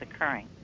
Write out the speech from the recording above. occurring